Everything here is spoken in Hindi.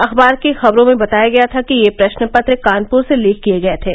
अखबार की खबरों में बताया गया था कि ये प्रस्नपत्र कानपुर से लीक किए गए थे